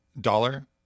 Dollar